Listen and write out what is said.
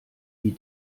wie